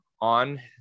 on